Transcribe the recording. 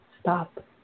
stop